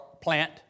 plant